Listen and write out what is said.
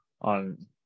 on